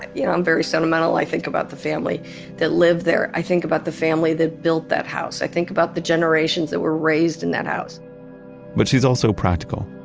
and you know i'm very sentimental, i think about the family that lived there. i think about the family that built that house. i think about the generations that were raised in that house but she's also practical.